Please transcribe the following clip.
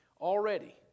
Already